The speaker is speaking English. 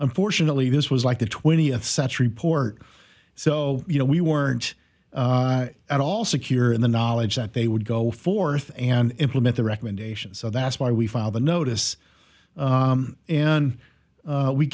unfortunately this was like the twentieth century port so you know we weren't at all secure in the knowledge that they would go forth and implement the recommendations so that's why we filed a notice and